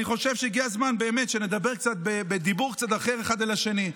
אני חושב שהגיע הזמן באמת שנדבר בדיבור קצת אחר אחד על השני.